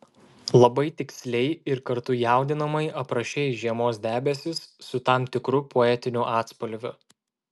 labai tiksliai ir kartu jaudinamai aprašei žiemos debesis su tam tikru poetiniu atspalviu